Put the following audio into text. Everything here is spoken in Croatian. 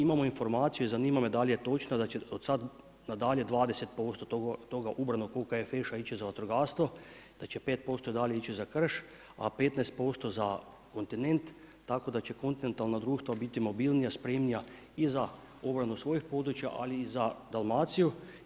Imamo informaciju, zanima me dal je točna, da će od sad nadalje 20% toga ubranog OKFŠ-a ići za vatrogastvo, da će 5% dalje ići za krš, a 15% za kontinent, tako da će kontinentalna društva biti mobilnije, spremnija i za obranu svojih područja, ali i za Dalmaciju.